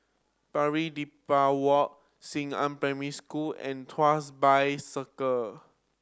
Pari Dedap Walk Xingnan Primary School and Tuas Bay Circle